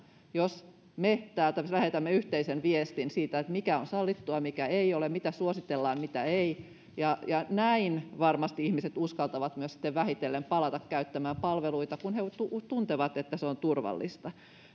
jos me täältä lähetämme yhteisen viestin siitä mikä on sallittua mikä ei ole mitä suositellaan mitä ei ja ja näin ihmiset varmasti uskaltavat myös sitten vähitellen palata käyttämään palveluita kun he tuntevat tuntevat että se on turvallista